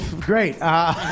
Great